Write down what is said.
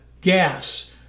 gas